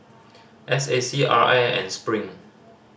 S A C R I and Spring